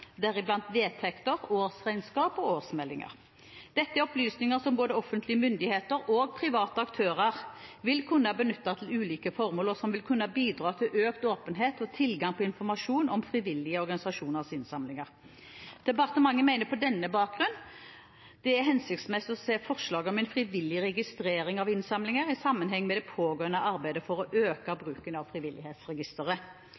deriblant vedtekter, årsregnskap og årsmeldinger. Dette er opplysninger som både offentlige myndigheter og private aktører vil kunne benytte til ulike formål, og som vil kunne bidra til økt åpenhet og tilgang på informasjon om frivillige organisasjoners innsamlinger. Departementet mener på denne bakgrunn det er hensiktsmessig å se forslaget om en frivillig registrering av innsamlinger i sammenheng med det pågående arbeidet for å øke bruken av Frivillighetsregisteret.